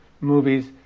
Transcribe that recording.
movies